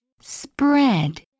Spread